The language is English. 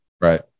Right